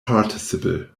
participle